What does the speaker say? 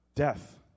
Death